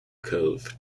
cove